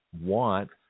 want